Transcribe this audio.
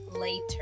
later